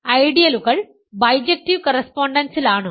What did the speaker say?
ഐഡിയലുകൾ ബൈജക്ടീവ് കറസ്പോണ്ടൻസിൽ ആണോ